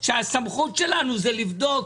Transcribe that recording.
שהסמכות שלנו לבדוק,